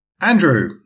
Andrew